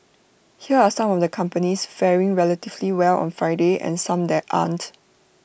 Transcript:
here are some of the companies faring relatively well on Friday and some that aren't